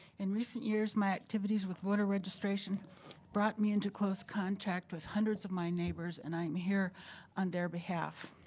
in recent years my activities with voter registration brought me into close contact with hundreds of my neighbors, and i am here on their behalf.